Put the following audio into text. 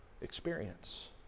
experience